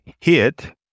hit